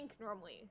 normally